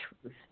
truth